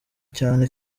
cyane